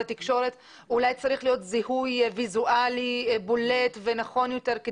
התקשורת אולי צריך להיות זיהוי ויזואלי בולט ונכון יותר,